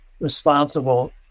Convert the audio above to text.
responsible